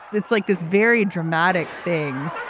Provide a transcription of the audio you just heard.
it's like this very dramatic thing